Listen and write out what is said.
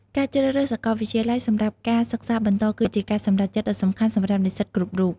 ការជ្រើសរើសសាកលវិទ្យាល័យសម្រាប់ការសិក្សាបន្តគឺជាការសម្រេចចិត្តដ៏សំខាន់សម្រាប់និស្សិតគ្រប់រូប។